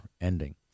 ending